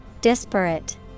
Disparate